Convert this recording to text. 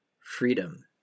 Freedom